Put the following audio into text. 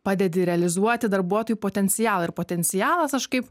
padedi realizuoti darbuotojų potencialą ir potencialas aš kaip